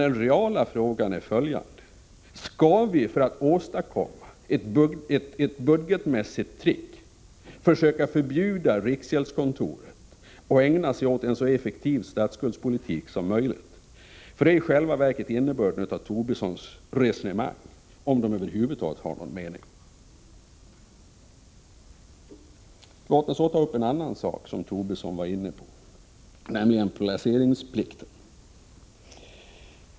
Den reala frågan är följande: Skall vi för att åstadkomma ett budgetmässigt trick försöka förbjuda riksgäldskontoret att ägna sig åt en så effektiv statsskuldspolitik som möjligt? Detta är egentligen innebörden i Lars Tobissons resonemang, om de över huvud taget har någon mening. Låt mig sedan ta upp en annan sak som Lars Tobisson var inne på, nämligen placeringsplikten.